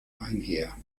einher